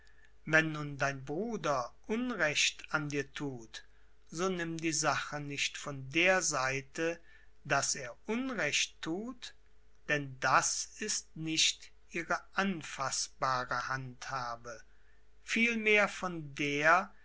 wenn nun dein bruder unrecht an dir thut so nimm die sache nicht von der seite daß er unrecht thut denn das ist nicht ihre anfaßbare handhabe vielmehr von der